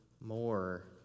more